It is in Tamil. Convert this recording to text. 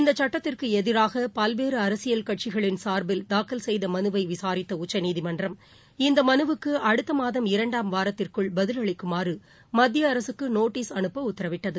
இந்த சுட்டத்திற்கு எதிராக பல்வேறு அரசியல் கட்சிகளின் சார்பில் தாக்கல் செய்த மனுவை விசாரித்த உச்சநீதிமன்றம் இந்த மனுவுக்கு அடுத்த மாதம் இரண்டாம் வாரத்திற்குள் பதிலளிக்குமாறு மத்திய அரசுக்கு நோட்டீஸ் அனுப்ப உத்தரவிட்டது